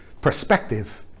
perspective